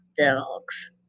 Dogs